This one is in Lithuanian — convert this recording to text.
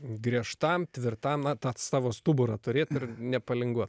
griežtam tvirtam na tą savo stuburą turėt ir nepalinguot